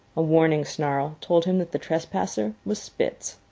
a warning snarl told him that the trespasser was spitz.